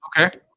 Okay